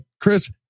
Chris